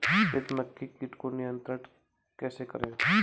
सफेद मक्खी कीट को नियंत्रण कैसे करें?